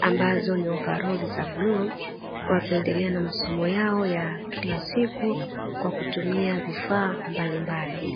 ambazo ni ova roli za bluu wakiendelea na masomo yao ya kila siku kwa kutumia vifaa mbalimbali.